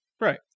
Right